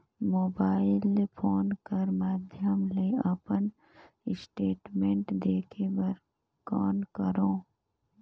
Mobile phone कर माध्यम ले अपन स्टेटमेंट देखे बर कौन करों?